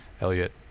Elliot